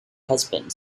husband